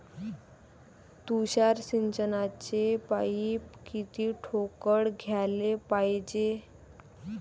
तुषार सिंचनाचे पाइप किती ठोकळ घ्याले पायजे?